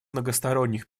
многосторонних